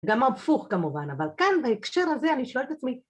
גם המפוך כמובן אבל כאן בהקשר הזה אני שואלת עצמי